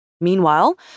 Meanwhile